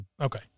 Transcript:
Okay